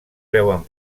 veuen